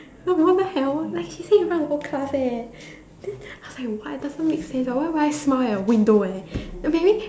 no what the hell like she say in front of the whole class eh then I was like what it doesn't make sense why would I smile at a window eh okay maybe